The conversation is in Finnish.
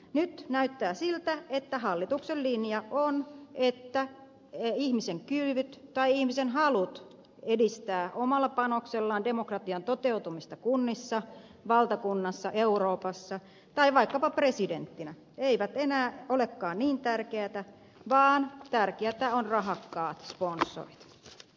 nyt näyttää siltä että hallituksen linja on että ihmisen kyvyt tai ihmiset halut edistää omalla panoksellaan demokratian toteutumista kunnissa valtakunnassa euroopassa tai vaikkapa presidenttinä eivät enää olekaan niin tärkeitä vaan tärkeitä ovat rahakkaat sponsorit